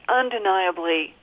undeniably